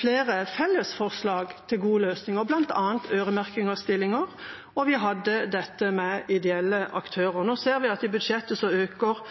flere felles forslag til gode løsninger, bl.a. øremerking av stillinger, og vi hadde dette med ideelle aktører. Nå ser vi at i budsjettet øker